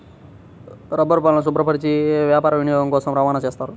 రబ్బరుపాలను శుభ్రపరచి వ్యాపార వినియోగం కోసం రవాణా చేస్తారు